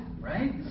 Right